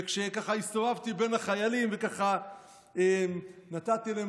וכשהסתובבתי בין החיילים וככה נתתי להם